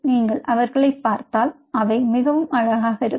நீங்கள் அவர்களைப் பார்த்தால் அவை மிகவும் அழகாக இருக்கும்